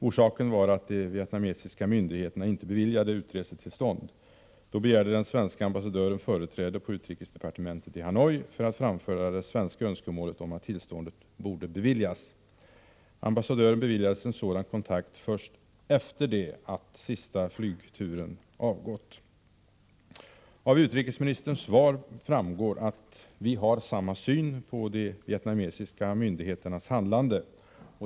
Orsaken var att de vietnamesiska myndigheterna inte beviljade utresetillstånd. Då begärde den svenska ambassadören företräde på utrikesdepartementet i Hanoi för att framföra det svenska önskemålet att utresetillstånd skulle ges. Ambassadören beviljades en sådan Av utrikesministerns svar framgår att vi har samma syn på de vietnamesiska myndigheternas handlande.